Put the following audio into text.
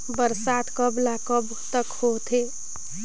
बरसात कब ल कब तक होथे?